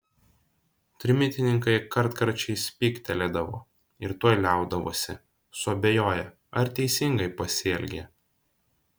trimitininkai kartkarčiais spygtelėdavo ir tuoj liaudavosi suabejoję ar teisingai pasielgė